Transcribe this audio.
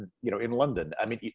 you know, in london. i mean,